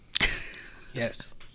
yes